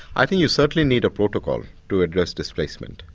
i think you certainly need a protocol to address displacement,